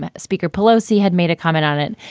speaker pelosi had made a comment on it.